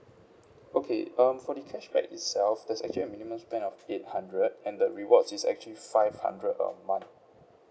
okay um for the cash back itself there's actually a minimum spend of eight hundred and the rewards is actually five hundred a month